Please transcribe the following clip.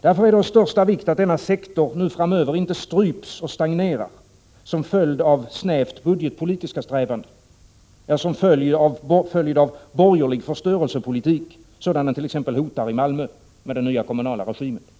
Därför är det av största vikt att denna sektor framöver inte stryps och stagnerar som följd av snävt budgetpolitiska strävanden eller som följd av borgerlig förstörelsepolitik, sådan den hotar i t.ex. Malmö, med den nya kommunala regimen där.